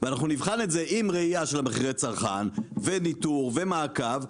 ונבחן את זה עם ראייה של מחירי הצרכן וניטור ומעקב,